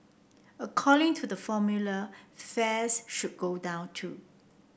according to the formula fares should go down too